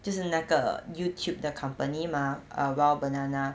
就是那个 youtube the company mah uh !wah! banana